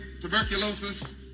tuberculosis